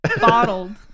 bottled